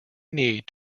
need